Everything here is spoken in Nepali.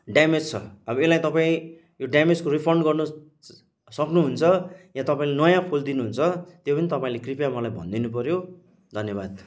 ड्यामेज छ अब यसलाई तपाईँ त्यो ड्यामेज रिफन्ड गर्नु सक्नुहुन्छ या तपाईँले नयाँ फुल दिनुहुन्छ त्यो पनि तपाईँले कृपया मलाई भनिदिनुपऱ्यो धन्यवाद